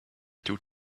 two